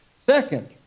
Second